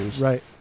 right